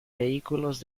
vehículos